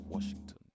Washington